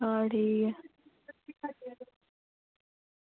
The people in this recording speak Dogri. आं ठीक ऐ